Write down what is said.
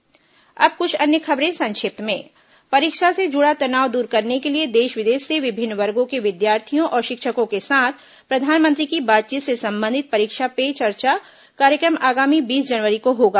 संक्षिप्त समाचार अब कुछ अन्य खबरें संक्षिप्त में परीक्षा से जुड़ा तनाव दूर करने के लिए देश विदेश के विभिन्न वर्गो के विद्यार्थियों और शिक्षकों के साथ प्रधानमंत्री की बातचीत से संबंधित परीक्षा पे चर्चा कार्यक्रम आगामी बीस जनवरी को होगा